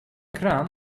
kraan